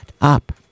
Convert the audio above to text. up